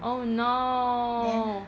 oh no